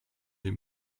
des